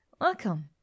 Welcome